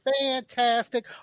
Fantastic